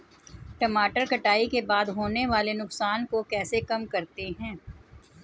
टमाटर कटाई के बाद होने वाले नुकसान को कैसे कम करते हैं?